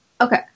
Okay